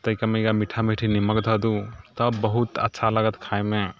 ताहिके मे कनिटा मीठा मीठी नीमक धऽ दू तब बहुत अच्छा लागत खाइमे